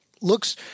looks